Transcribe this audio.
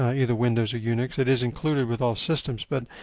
ah either windows or unix. it is included with all systems. but,